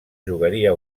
jugaria